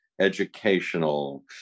educational